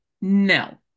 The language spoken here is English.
No